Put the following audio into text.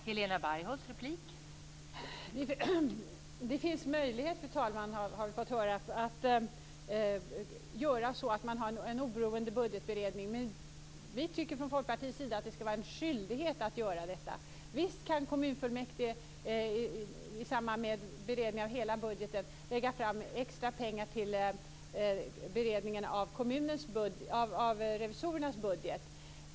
Fru talman! Det finns möjlighet, har vi fått höra, att göra så att man har en oberoende budgetberedning. Men vi i Folkpartiet tycker att det skall vara en skyldighet att ha en sådan. Visst kan kommunfullmäktige i samband med beredning av hela budgeten lägga fram extra pengar till revisorernas budget.